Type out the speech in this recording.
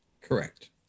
Correct